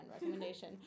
recommendation